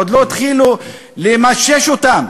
עוד לא התחילו לממש אותן.